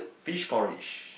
fish porridge